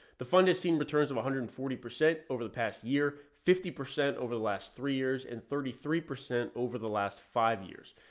the fund has seen returns of one hundred and forty percent over the past year, fifty percent over the last three years and thirty three percent over the last five years,